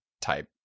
type